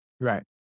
Right